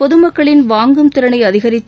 பொதுமக்களின் வாங்கும் திறனை அதிகரித்து